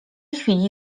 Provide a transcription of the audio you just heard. chwili